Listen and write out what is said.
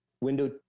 window